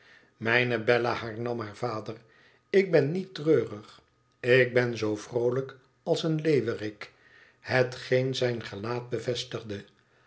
mijne bella hernam haarvader tik ben niet treurig ik ben zoo vroolijk als een leeuwerik hetgeen zijn gelaat bevestigde